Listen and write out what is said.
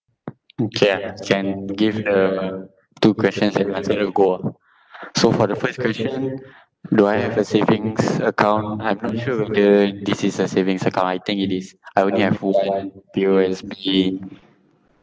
okay ah can give the two questions and answer it at a go ah so for the first question do I have a savings account I'm not sure whether this is a savings account I think it is I only have this [one] P_O_S_B